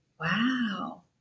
wow